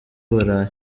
burayi